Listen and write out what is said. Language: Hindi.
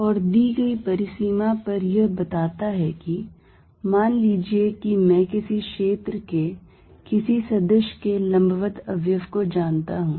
और दी गई परिसीमा पर यह बताता है कि मान लीजिए कि मैं किसी क्षेत्र के किसी सदिश क्षेत्र के लंबवत अवयव को जानता हूं